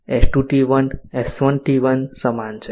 S2 T1 S1 T1 સમાન છે